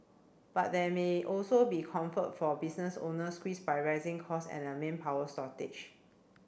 but there may also be comfort for business owners squeezed by rising costs and a manpower shortage